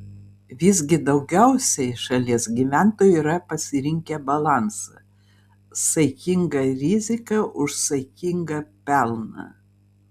visgi daugiausiai šalies gyventojų yra pasirinkę balansą saikinga rizika už saikingą pelną